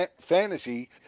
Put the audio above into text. fantasy